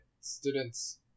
Students